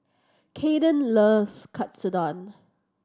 Kaeden love Katsudon